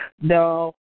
No